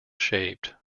shaped